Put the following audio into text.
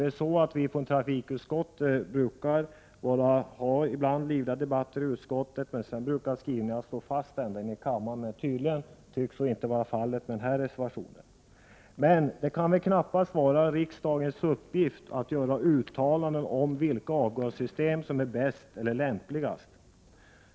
Vi har ibland livliga debatter i trafikutskottet, men sedan brukar skrivningarna stå fast ända in i kammaren. Tydligen är så inte fallet med den här reservationen. Det kan knappast vara riksdagens uppgift att göra uttalanden om vilka avgasreningssystem som är bäst eller lämpligast.